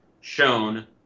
shown